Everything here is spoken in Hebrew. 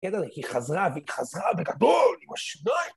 היא חזרה, והיא חזרה בגדול עם השיניים!